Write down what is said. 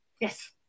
yes